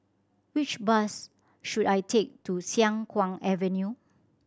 which bus should I take to Siang Kuang Avenue